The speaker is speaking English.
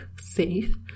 safe